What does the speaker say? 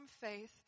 faith